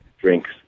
drinks